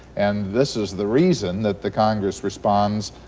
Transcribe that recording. and this is the reason that the congress responds